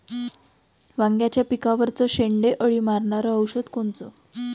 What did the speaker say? वांग्याच्या पिकावरचं शेंडे अळी मारनारं औषध कोनचं?